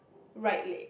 right leg